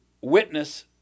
witness